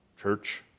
church